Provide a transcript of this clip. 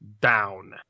down